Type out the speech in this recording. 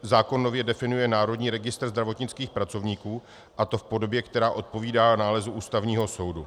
Zákon nově definuje Národní registr zdravotnických pracovníků, a to v podobě, která odpovídá nálezu Ústavního soudu.